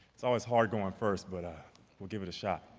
it's always hard going first, but we'll give it a shot.